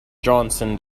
johnson